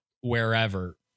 wherever